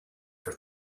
for